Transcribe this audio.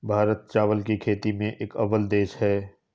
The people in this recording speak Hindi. भारत चावल की खेती में एक अव्वल देश है